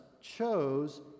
chose